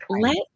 let